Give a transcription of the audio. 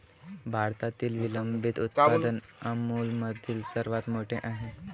भारतातील विलंबित उत्पादन अमूलमधील सर्वात मोठे आहे